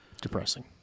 Depressing